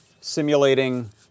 simulating